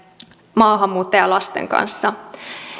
maahanmuuttajalasten kanssa